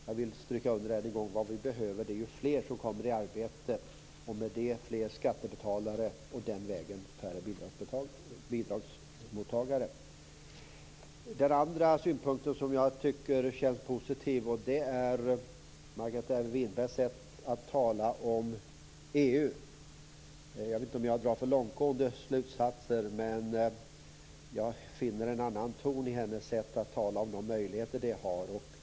Jag vill stryka under än en gång att det vi behöver är fler som kommer i arbete och med det fler skattebetalare och den vägen färre bidragsmottagare. Den andra synpunkten som jag tycker känns positiv är Margareta Winbergs sätt att tala om EU. Jag vet inte om jag drar för långtgående slutsatser, men jag finner en annan ton i hennes sätt att tala om de möjligheter som finns.